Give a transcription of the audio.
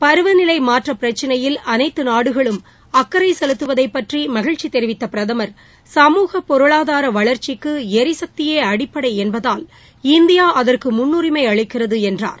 பருவநிலைமாற்றபிரச்சனையில் அனைத்துநாடுகளும் அக்கறைசெலுத்துவதைபற்றிமகிழ்ச்சிதெரிவித்தபிரதமர் சமூக பொருளாதாரவளர்ச்சிக்குளிசக்தியே அடிப்படைஎன்பதால் இந்தியா அதற்குமுன்னுரிமை அளிக்கிறதுஎன்றார்